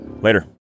later